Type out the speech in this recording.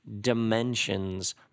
dimensions